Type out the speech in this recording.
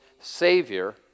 Savior